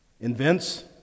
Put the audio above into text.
invents